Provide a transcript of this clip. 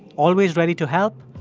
always ready to help,